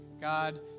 God